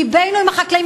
לבנו עם החקלאים,